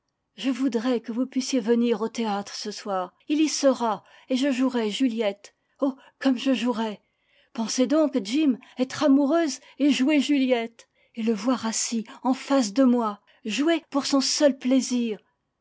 je voudrais que vous puissiez venir au théâtre ce soir il y sera et je jouerai juliette oh comme je jouerai pensez donc jim être amoureuse et jouer juliette et le voir assis en face de moi jouer pour son seul plaisir